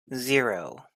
zero